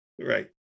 Right